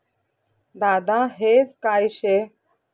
दादा हेज काय शे?